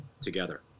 together